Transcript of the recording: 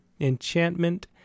Enchantment